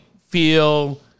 feel